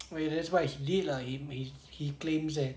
I mean that's why he deal lah him he claims that